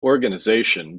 organisation